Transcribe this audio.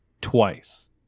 twice